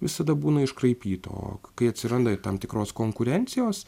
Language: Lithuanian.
visada būna iškraipyta o kai atsiranda tam tikros konkurencijos